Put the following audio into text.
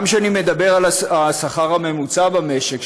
גם כשאני מדבר על השכר הממוצע במשק,